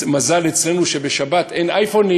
מזל שאצלנו בשבת אין אייפונים,